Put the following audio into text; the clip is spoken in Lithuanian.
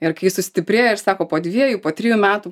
ir kai sustiprėja ir sako po dviejų po trijų metų